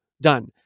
done